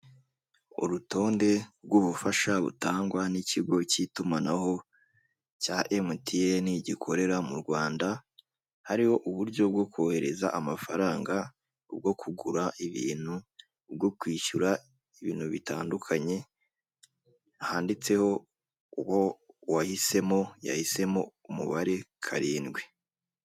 Urutonde rw'ubufasha butangwa nikigo cy'itumanaho cya MTN gikorera mu Rwanda hariho uburyo bwo kohereza amafaranga bwo kugura ibintu bwo kwishyura ibintu bitandukanye handitseho uwo wahisemo, yahisemo umubare karindwi.